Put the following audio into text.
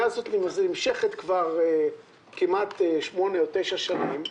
שנמשכת כבר כמעט 8 או 9 שנים.